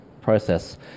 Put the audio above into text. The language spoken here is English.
process